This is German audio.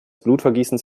blutvergießens